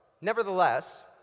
Nevertheless